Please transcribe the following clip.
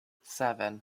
seven